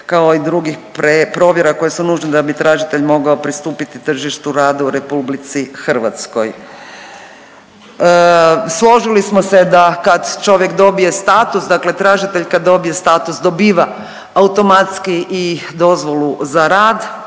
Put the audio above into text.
kao i drugih provjera koje su nužne da bi tražitelj mogao pristupiti tržištu rada u RH. Složili smo se da kad čovjek dobije status, dakle tražitelj kad dobije status dobiva automatski i dozvolu za rad,